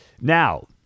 Now